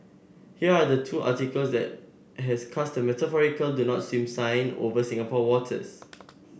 here are the two articles that has cast a metaphorical do not swim sign over Singapore waters